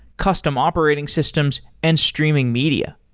custom operating systems and streaming media.